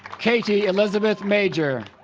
katie elizabeth major